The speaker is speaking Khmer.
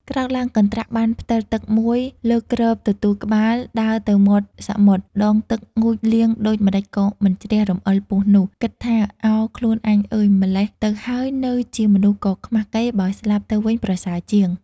ក្រោកឡើងកន្ដ្រាក់បានផ្ដិលទឹកមួយលើកគ្របទទូលក្បាល ដើរទៅមាត់សមុទ្រ ដងទឹកងូតលាងដូចម្ដេចក៏មិនជ្រះរំអិលពស់នោះ គិតថាឱខ្លួនអញអើយម្ល៉េះទៅហើយនៅជាមនុស្សក៏ខ្មាស់គេ បើស្លាប់ ទៅវិញប្រសើរជាង។